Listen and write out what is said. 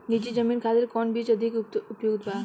नीची जमीन खातिर कौन बीज अधिक उपयुक्त बा?